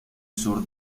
sur